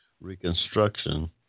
Reconstruction